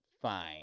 fine